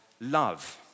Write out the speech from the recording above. love